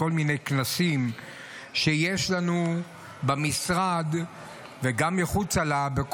בכל מיני כנסים שיש לנו במשרד וגם מחוצה לו,